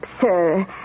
Sir